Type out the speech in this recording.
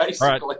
right